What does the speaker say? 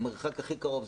המרחק הכי קרוב,